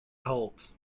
colt